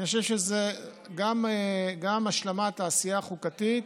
אני חושב שזו גם השלמת העשייה החוקתית,